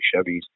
Chevys